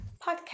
Podcast